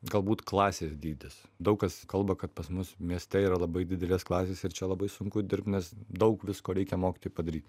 galbūt klasės dydis daug kas kalba kad pas mus mieste yra labai didelės klasės ir čia labai sunku dirbt nes daug visko reikia mokytojui padaryt